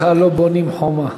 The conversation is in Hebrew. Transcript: ככה לא בונים חומה.